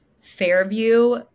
Fairview